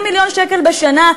20 מיליון שקל בשנה,